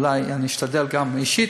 אולי אשתדל גם אישית,